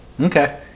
Okay